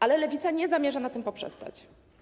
Ale Lewica nie zamierza na tym poprzestać.